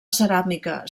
ceràmica